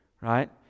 Right